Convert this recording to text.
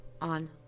on